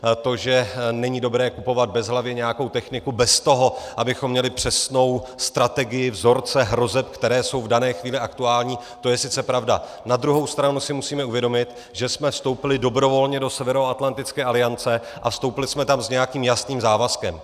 To, že není dobré kupovat bezhlavě nějakou techniku bez toho, abychom měli přesnou strategii, vzorce hrozeb, které jsou v dané chvíli aktuální, to je sice pravda, na druhou stranu si musíme uvědomit, že jsme vstoupili dobrovolně do Severoatlantické aliance a vstoupili jsme tam s nějakým jasným závazkem.